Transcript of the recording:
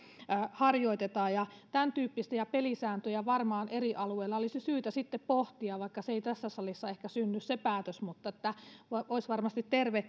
harjoiteta ja tämän tyyppistä pelisääntöjä varmaan eri alueilla olisi syytä sitten pohtia vaikka se ei tässä salissa ehkä synny se päätös mutta olisivat varmasti